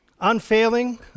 unfailing